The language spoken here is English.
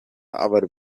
our